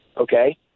Okay